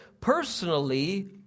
personally